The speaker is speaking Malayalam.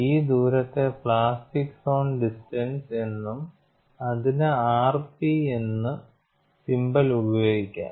ഈ ദൂരത്തെ പ്ലാസ്റ്റിക് സോൺ ഡിസ്റ്റൻസ് എന്നും അതിന് rp എന്ന സിംബൽ ഉപയോഗിക്കാം